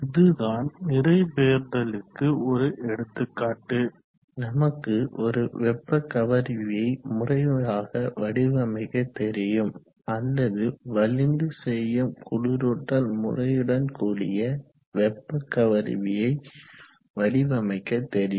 இதுதான் நிறை பெயர்தலுக்கு ஒரு எடுத்துக்காட்டு நமக்கு ஒரு வெப்ப கவர்வியை முறையாக வடிவமைக்க தெரியும் அல்லது வலிந்து செய்யும் குளிரூட்டல் முறையுடன் கூடிய வெப்ப கவர்வியை வடிவமைக்க தெரியும்